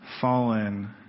fallen